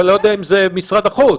אבל אני לא יודע אם זה משרד החוץ.